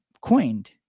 coined